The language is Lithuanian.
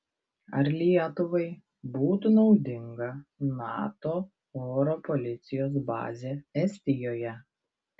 ar lietuvai būtų naudinga nato oro policijos bazė estijoje